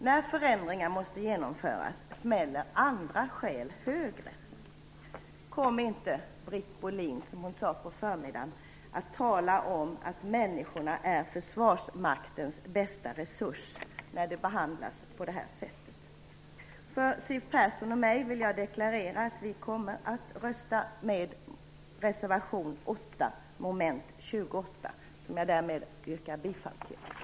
När förändringar måste genomföras smäller andra skäl högre. Kom inte, Britt Bohlin, och säg att människorna är Försvarsmaktens bästa resurs! Det sades av Britt Bohlin under förmiddagen, men det stämmer inte med den behandling som personalen här får. Jag vill å mina och Siw Perssons vägnar deklarera att vi kommer att rösta för reservation 8 under mom. 28. Jag yrkar bifall till denna reservation.